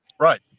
Right